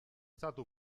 stato